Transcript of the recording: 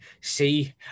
see